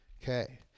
Okay